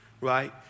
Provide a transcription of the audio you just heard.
Right